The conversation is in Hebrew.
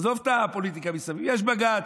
עזוב את הפוליטיקה מסביב, יש בג"ץ,